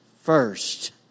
first